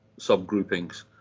subgroupings